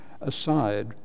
aside